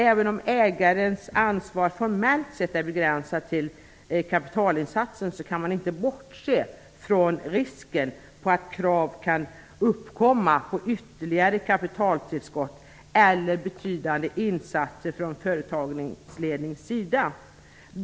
Även om ägarens ansvar formellt är begränsad till kapitalinsatsen kan man inte bortse från risken på att krav kan uppkomma på ytterligare kapitaltillskott eller betydande insatser från företagsledningens sida.